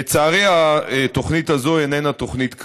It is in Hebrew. לצערי, התוכנית הזאת איננה תוכנית קלה.